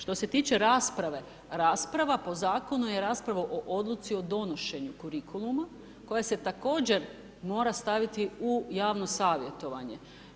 Što se tiče rasprave, rasprava po zakonu je rasprava o odluci o donošenju kurikuluma, koja se također mora staviti u javno savjetovanje.